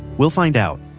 we'll find out,